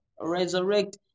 Resurrect